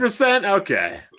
okay